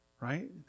right